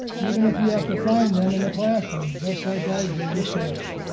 even if you have to find them in the classroom, just like i did with terry.